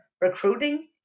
recruiting